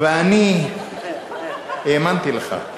ואני האמנתי לך.